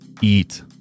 eat